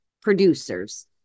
producers